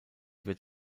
wird